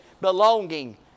belonging